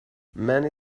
many